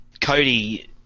Cody